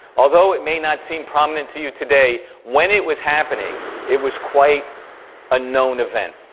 although it may not seem prominent to you today, when it was happening it was quite a known event,